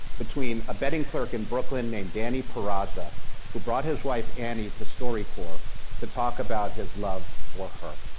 between a betting clerk in brooklyn named danny perasa who brought his wife annie to storycorps to talk about his love for her.